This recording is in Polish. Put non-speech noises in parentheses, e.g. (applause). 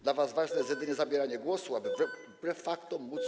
Dla was ważne (noise) jest jedynie zabieranie głosu, aby wbrew faktom móc.